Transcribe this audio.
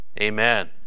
Amen